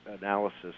analysis